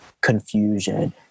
confusion